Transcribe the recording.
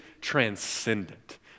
transcendent